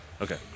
Okay